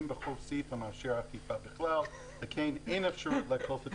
אין בחוק סעיף המאפשר אכיפה בכלל ולכן אין אפשרות לאכוף את